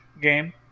game